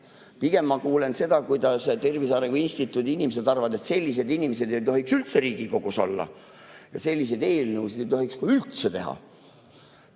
Pigem ma kuulen, kuidas Tervise Arengu Instituudi inimesed arvavad, et sellised inimesed ei tohiks üldse Riigikogus olla ja selliseid eelnõusid ei tohiks üldse teha.